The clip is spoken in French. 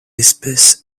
espèce